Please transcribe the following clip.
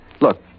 Look